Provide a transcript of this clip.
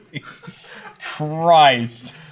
Christ